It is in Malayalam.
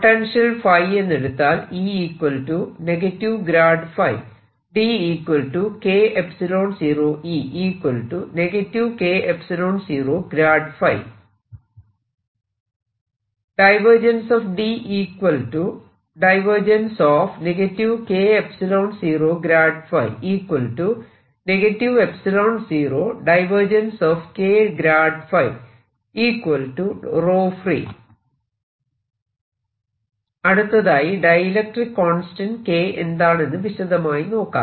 പൊട്ടൻഷ്യൽ ϕ എന്നെടുത്താൽ അടുത്തതായി ഡൈഇലക്ട്രിക്ക് കോൺസ്റ്റന്റ് K എന്താണെന്ന് വിശദമായി നോക്കാം